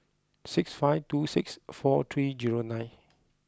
six five two six four three zero nine